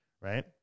Right